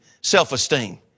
self-esteem